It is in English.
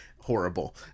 horrible